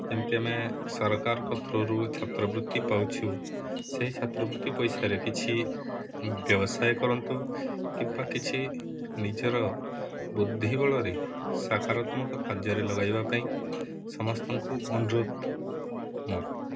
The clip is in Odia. ଯେମିତି ଆମେ ସରକାରଙ୍କ ଥ୍ରୋରୁ ଛାତ୍ରବୃତ୍ତି ପାଉଛୁ ସେହି ଛାତ୍ର ବୃତ୍ତି ପଇସାରେ କିଛି ବ୍ୟବସାୟ କରନ୍ତୁ କିମ୍ବା କିଛି ନିଜର ବୁଦ୍ଧିିବଳରେ ସକାରାତ୍ମକ କାର୍ଯ୍ୟରେ ଲଗାଇବା ପାଇଁ ସମସ୍ତଙ୍କୁ ଅନୁରୋଧ ମୁଁ